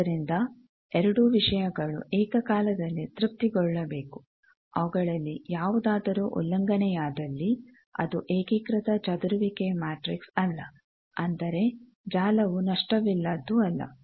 ಆದ್ದರಿಂದ ಎರಡೂ ವಿಷಯಗಳು ಏಕಕಾಲದಲ್ಲಿ ತೃಪ್ತಿಗೊಳ್ಳಬೇಕು ಅವುಗಳಲ್ಲಿ ಯಾವುದಾದರೂ ಉಲ್ಲಂಘನೆಯಾದಲ್ಲಿ ಅದು ಏಕೀಕೃತ ಚದುರುವಿಕೆ ಮ್ಯಾಟ್ರಿಕ್ಸ್ ಅಲ್ಲ ಅಂದರೆ ಜಾಲವು ನಷ್ಟವಿಲ್ಲದ್ದು ಅಲ್ಲ